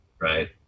right